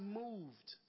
moved